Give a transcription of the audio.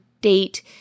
date